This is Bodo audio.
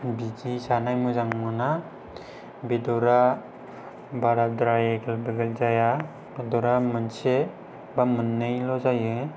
बिदि जानाय मोजां मोना बेदरा बाराद्राय एगेल बेगेल जाया बेदरा मोनसे बा मोननैल' जायो